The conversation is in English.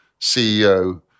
CEO